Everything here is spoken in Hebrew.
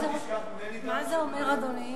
גברת גלאון